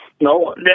No